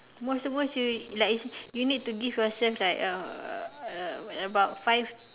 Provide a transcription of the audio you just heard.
most to most you like I say you need to give yourself like a uh what about five